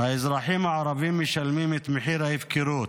האזרחים הערבים משלמים את מחיר ההפקרות,